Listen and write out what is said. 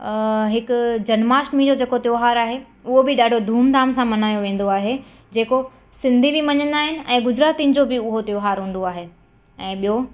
हिकु जन्माष्टमी जो जेको त्योहार आहे उओ बि ॾाढो धूमधाम सां मनायो वेंदो आहे जेको सिंधी बि मञंदा आहिनि ऐं गुजरातियुनि जो बि उहो त्योहारु हूंदो आहे ऐं ॿियो